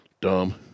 dumb